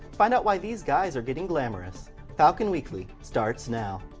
find out why these guys are getting glamorous. falcon weekly starts now!